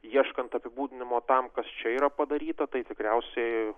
ieškant apibūdinimo tam kas čia yra padaryta tai tikriausiai